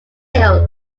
killed